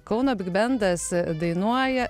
kauno bigbendas dainuoja